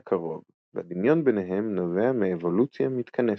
קרוב והדמיון ביניהם נובע מאבולוציה מתכנסת.